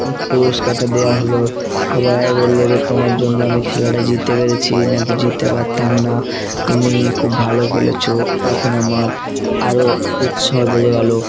পুরস্কারটা দেওয়া হলো সবাই বললো যে তোমার জন্য আমি খেলাটা জিততে পেরেছি না তো জিততে পারতাম না তুমি খুব ভালো খেলেছো তখন আমার আরও উৎসাহ বেড়ে গেলো